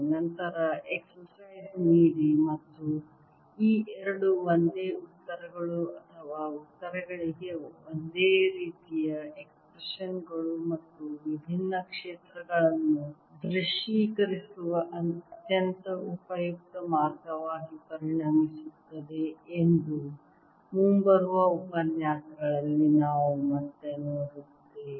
ನಂತರ ಎಕ್ಸಸೈಜ್ ನೀಡಿ ಮತ್ತು ಈ ಎರಡು ಒಂದೇ ಉತ್ತರಗಳು ಅಥವಾ ಉತ್ತರಗಳಿಗೆ ಒಂದೇ ರೀತಿಯ ಎಕ್ಸ್ಪ್ರೆಶನ್ ಗಳು ಮತ್ತು ವಿಭಿನ್ನ ಕ್ಷೇತ್ರಗಳನ್ನು ದೃಶ್ಯೀಕರಿಸುವ ಅತ್ಯಂತ ಉಪಯುಕ್ತ ಮಾರ್ಗವಾಗಿ ಪರಿಣಮಿಸುತ್ತದೆ ಎಂದು ಮುಂಬರುವ ಉಪನ್ಯಾಸಗಳಲ್ಲಿ ನಾವು ಮತ್ತೆ ನೋಡುತ್ತೇವೆ